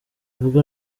bwo